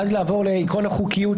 ואז לעבור לעקרון החוקיות,